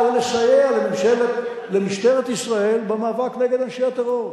ולסייע למשטרת ישראל במאבק נגד אנשי הטרור.